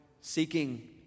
seeking